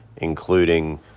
including